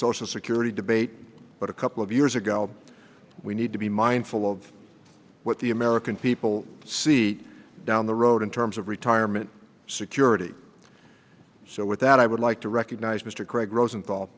social security debate but a couple of years ago we need to be mindful of what the american people see down the road in terms of retirement security so with that i would like to recognize mr craig rosenthal